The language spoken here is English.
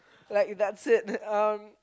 like that's it um